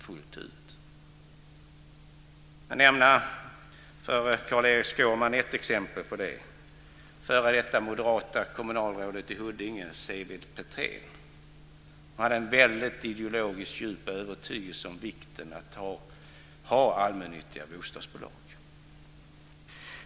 Jag vill för Carl-Erik Skårman nämna ett exempel på det, nämligen det förra moderata kommunalrådet i Huddinge, Seved Petrén. Han hade en väldigt djup ideologisk övertygelse om vikten av att ha allmännyttiga bostadsbolag.